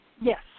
Yes